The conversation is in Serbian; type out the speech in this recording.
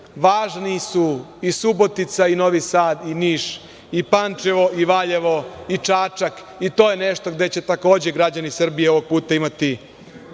Važni su i Subotica i Novi Sad i Niš i Pančevo i Valjevo i Čačak. To je nešto gde će takođe građani Srbije ovog puta imati